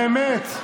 באמת.